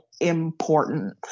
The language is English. important